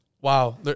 wow